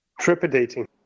trepidating